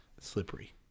Slippery